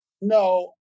no